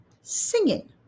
singing